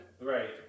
Right